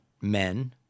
men